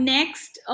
Next